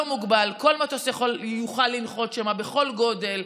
מוגבל: כל מטוס יוכל לנחות שם בכל גודל,